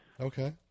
Okay